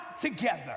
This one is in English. together